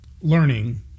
learning